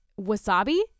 wasabi